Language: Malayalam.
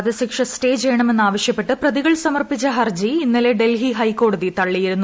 വധശിക്ഷ സ്റ്റേ ചെയ്യണമെന്ന് ആവശ്യപ്പെട്ട് പ്രതികൾ സമർപ്പിച്ച ഹർജി ഇന്നലെ ഡൽഹി ഹൈക്കോടതി തള്ളിയിരുന്നു